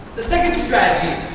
the second strategy